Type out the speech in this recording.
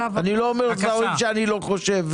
אני לא אומר שאני לא בטוח.